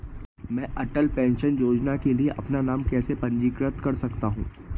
मैं अटल पेंशन योजना के लिए अपना नाम कैसे पंजीकृत कर सकता हूं?